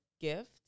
gift